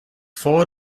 four